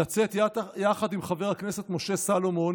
לצאת יחד עם חבר הכנסת משה סלומון